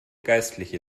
geistliche